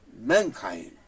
mankind